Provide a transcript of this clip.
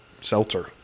seltzer